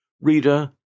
Reader